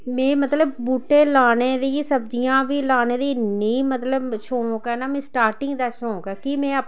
में मतलब बूह्टे लाने दी गै सब्जियां बी लाने दी इन्नी मतलब शौक ऐ न मी शटाटिंग दा शौक ऐ कि में अपने